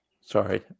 Sorry